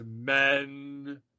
men